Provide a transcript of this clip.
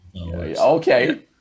Okay